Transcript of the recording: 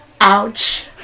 Ouch